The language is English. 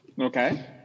Okay